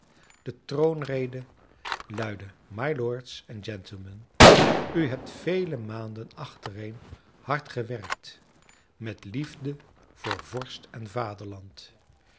de troonrede luidde mylords en gentlemen u hebt vele maanden achtereen hard gewerkt met liefde voor vorst en vaderland